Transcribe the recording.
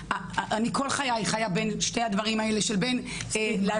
כל חיי אני חיה בין שני הדברים האלה לבין לצייר